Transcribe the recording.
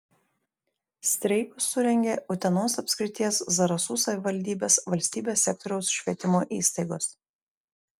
streikus surengė utenos apskrities zarasų savivaldybės valstybės sektoriaus švietimo įstaigos